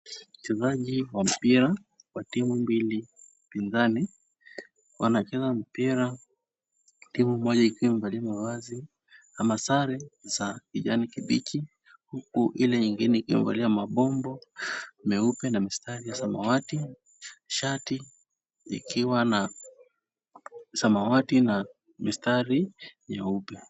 Wachezaji wa mpira wa timu mbili upinzani, wanacheza mpira timu moja ikiwa ikiwa imevalia mavazi ama sare za kijani kibichi huku ile nyingine ikiwa imevalia mabondo meupe na mistari ya samawati. Shati likiwa la samawati na mistari nyeupe.